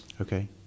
Okay